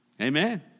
Amen